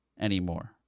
anymore